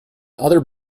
other